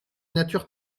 nature